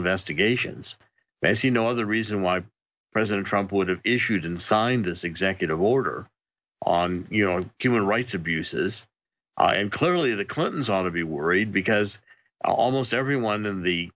investigations because he no other reason why president trump would have issued and signed this executive order on you know our human rights abuses and clearly the clintons ought to be worried because almost everyone in the